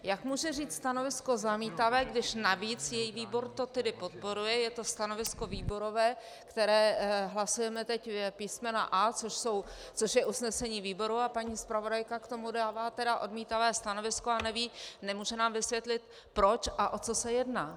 Jak může říci stanovisko zamítavé, když navíc její výbor to tedy podporuje, je to stanovisko výborové, hlasujeme teď písmena A, což je usnesení výboru, a paní zpravodajka k tomu dává odmítavé stanovisko a neví, nemůže nám vysvětlit proč a o co se jedná.